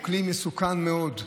הוא כלי מסוכן מאוד.